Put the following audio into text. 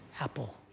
apple